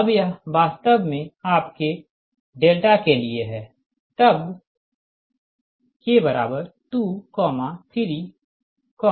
अब यह वास्तव में आपके डेल्टा k के लिए है तब k23n